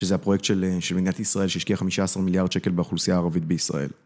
שזה הפרויקט של, שמדינת ישראל שהשקיעה 15 מיליארד שקל באוכלוסייה הערבית בישראל.